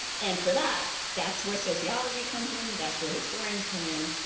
and for that, that's where sociology comes in. that's where historians come in.